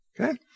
Okay